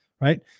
right